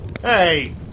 Hey